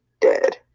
dead